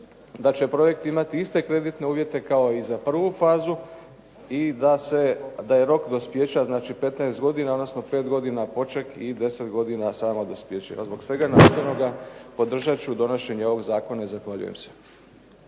da će projekt imati iste kreditne uvjete kao i za prvu fazu i da se, da je rok dospijeća znači 15 godina, odnosno 5 godina poček i 10 godina samo dospijeće. Evo, zbog svega navedenoga podržati ću donošenje ovoga zakona i zahvaljujem se.